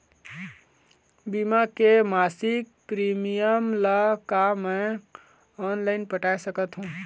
बीमा के मासिक प्रीमियम ला का मैं ऑनलाइन पटाए सकत हो?